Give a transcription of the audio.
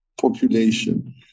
population